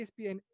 ESPN